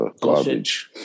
garbage